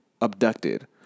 abducted